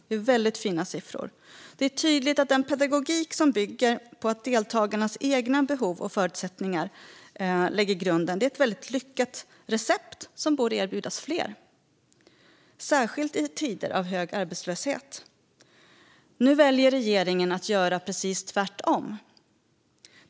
Det är väldigt fina siffror. Det är tydligt att den pedagogik som bygger på deltagarnas egna behov och förutsättningar är ett väldigt lyckat recept som borde erbjudas fler, särskilt i tider av hög arbetslöshet. Nu väljer regeringen att göra precis tvärtom.